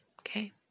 okay